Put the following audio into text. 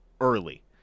early